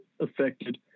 affected